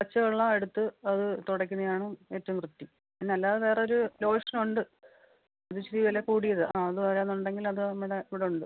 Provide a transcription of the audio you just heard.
പച്ചവെള്ളം എടുത്ത് അത് തുടയ്ക്കുന്നതാണ് ഏറ്റവും വൃത്തി അല്ലാതെ വേറൊരു ലോഷനുണ്ട് അത് ഇച്ചിരി വില കൂടിയത് ആ അത് വരാമെന്നുണ്ടെങ്കിൽ അത് നമ്മുടെ ഇവിടുണ്ട്